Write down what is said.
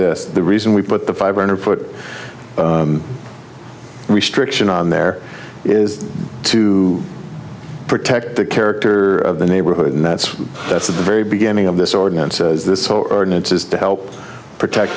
this the reason we put the five hundred foot restriction on there is to protect the character of the neighborhood and that's that's at the very beginning of this ordinance says this ordinance is to help protect